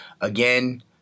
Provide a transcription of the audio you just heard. again